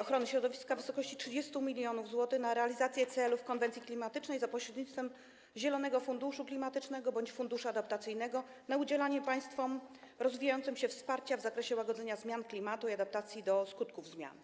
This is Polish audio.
ochrony środowiska kwoty w wysokości 30 mln zł w ramach realizacji celów konwencji klimatycznej, za pośrednictwem Zielonego Funduszu Klimatycznego bądź Funduszu Adaptacyjnego, na udzielenie państwom rozwijającym się wsparcia w zakresie łagodzenia zmian klimatu i adaptacji do skutków zmian.